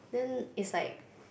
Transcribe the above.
then it's like